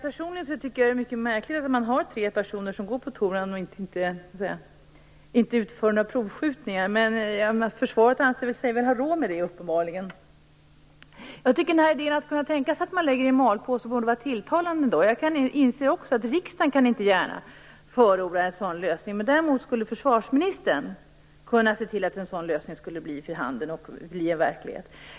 Personligen tycker jag att det är mycket märkligt att man har tre personer gående ute på Torhamn utan att de genomför några provskjutningar, men försvaret anser sig uppenbarligen ha råd med det. Jag tycker att idén att lägga skjutfältet i malpåse ändå borde vara tilltalande. Jag inser att riksdagen inte gärna kan förorda en sådan lösning, men däremot skulle försvarsministern kunna se till att en sådan lösning blev verklighet.